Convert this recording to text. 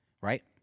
right